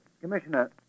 Commissioner